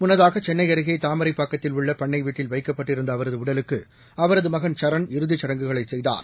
முன்னதாக சென்னை அருகே தாமரைப்பாக்கத்தில் உள்ள பண்ணை வீட்டில் வைக்கப்பட்டிருந்த அவரது உடலுக்கு அவரது மகன் சரண் இறுதிச் சடங்குகளை செய்தார்